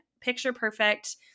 picture-perfect